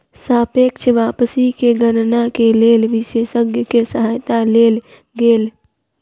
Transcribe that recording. सापेक्ष वापसी के गणना के लेल विशेषज्ञ के सहायता लेल गेल